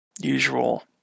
usual